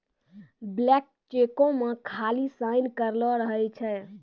blank चेको मे खाली साइन करलो रहै छै